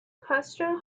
question